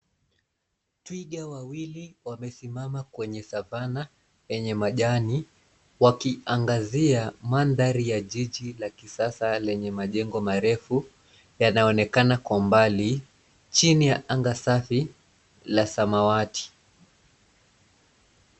Twiga wawili wamesimama kwenye savannah yenye majani wakiangazia mandhari ya jiji la kisasa lenye majengo marefu yanaonekana kwa mbali chini ya anga safi la samawati.